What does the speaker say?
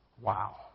Wow